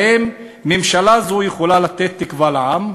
והאם ממשלה זו יכולה לתת תקווה לעם?